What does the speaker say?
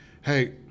Hey